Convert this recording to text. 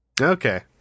Okay